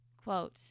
Quote